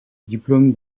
diplôme